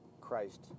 Christ